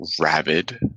rabid